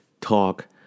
talk